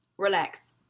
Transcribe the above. Relax